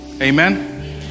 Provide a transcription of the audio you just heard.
Amen